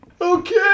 Okay